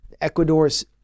Ecuador's